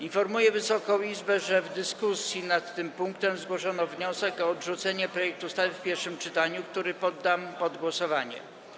Informuję Wysoką Izbę, że w dyskusji nad tym punktem zgłoszono wniosek o odrzucenie projektu ustawy w pierwszym czytaniu, który poddam pod głosowanie.